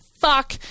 Fuck